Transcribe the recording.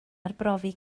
arbrofi